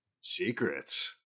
secrets